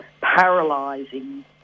paralysing